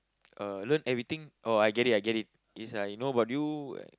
uh learn everything oh I get it I get is like you know about you